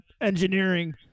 engineering